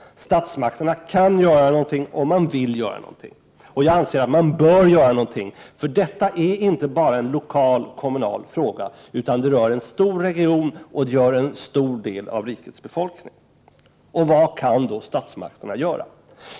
Statsmakterna kan göra någonting om de vill göra någonting, och jag anser att man bör göra någonting. Detta är inte bara en lokal kommunal fråga, utan det rör en stor region och en stor del av befolkningen. Vad kan då statsmakterna göra?